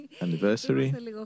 anniversary